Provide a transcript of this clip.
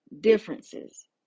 differences